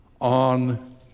on